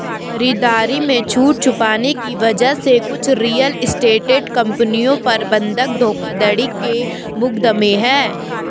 खरीदारी में छूट छुपाने की वजह से कुछ रियल एस्टेट कंपनियों पर बंधक धोखाधड़ी के मुकदमे हैं